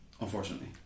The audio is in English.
unfortunately